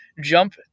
jump